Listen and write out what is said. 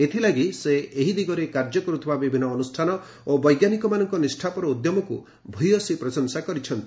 ଏଥିଲାଗି ସେ ଏହି ଦିଗରେ କାର୍ଯ୍ୟ କରୁଥିବା ବିଭିନ୍ନ ଅନୁଷ୍ଠାନ ଓ ବୈଜ୍ଞାନିକମାନଙ୍କ ନିଷ୍ଠାପର ଉଦ୍ୟମକୁ ପ୍ରଶଂସା କରିଛନ୍ତି